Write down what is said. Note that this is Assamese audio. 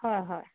হয় হয়